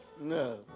No